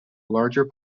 larger